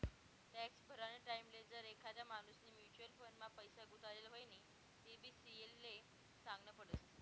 tax भरानी टाईमले जर एखादा माणूसनी म्युच्युअल फंड मा पैसा गुताडेल व्हतीन तेबी सी.ए ले सागनं पडस